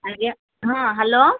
ଆଜ୍ଞା ହଁ ହେଲୋ